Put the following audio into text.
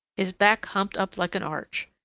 his back humped up like an arch.